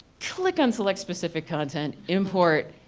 click on select specific content, import.